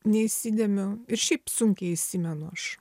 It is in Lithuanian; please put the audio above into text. neįsidėmiu ir šiaip sunkiai įsimenu aš